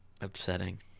upsetting